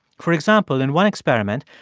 for example, in one experiment,